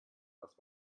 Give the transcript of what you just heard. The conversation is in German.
was